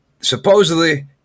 Supposedly